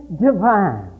divine